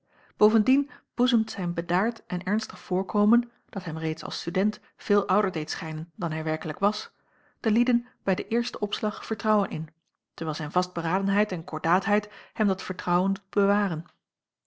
bovendien boezemt zijn bedaard en ernstig voorkomen dat hem reeds als student veel ouder deed schijnen dan hij werkelijk was den lieden bij den eersten opslag vertrouwen in terwijl zijn vastberadenheid en kordaatheid hem dat vertrouwen doet bewaren